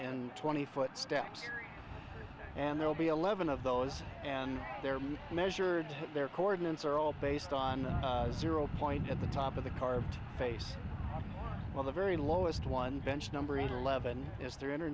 and twenty foot steps and there'll be eleven of those and they're mismeasured their coordinates are all based on the zero point at the top of the car face well the very lowest one bench number eleven is three hundred